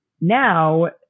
Now